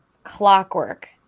clockwork